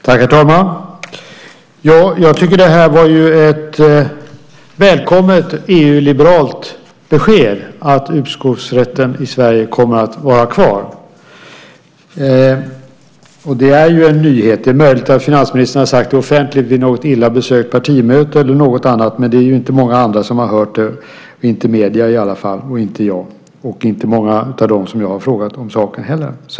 Herr talman! Jag tycker att det var ett välkommet EU-liberalt besked, att uppskovsrätten i Sverige kommer att vara kvar. Det är ju en nyhet. Det är möjligt att finansministern har sagt det offentligt vid något illa besökt partimöte eller något annat, men det är inte många som har hört det, inte medierna i alla fall, inte jag och inte många av dem som jag har frågat om saken heller.